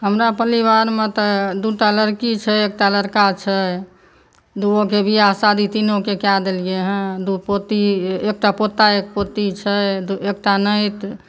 हमरा परिवारमे तऽ दूटा लड़की छै एकटा लड़का छै दूगोके ब्याह शादी तीनोके कऽ देलियै हँ दू पोती एकटा पोता एक पोती छै एकटा नाति